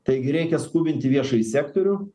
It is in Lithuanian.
taigi reikia skubinti viešąjį sektorių